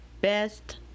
best